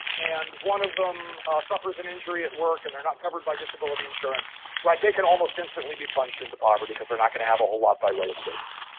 and one of them suffers an injury at work and they're not covered by disability insurance, right, they can almost instantly be plunged into poverty because they're not going to have a whole lot by way of savings.